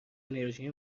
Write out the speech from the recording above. انرژی